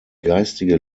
geistige